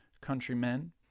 countrymen